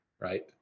right